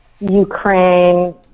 Ukraine